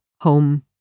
Home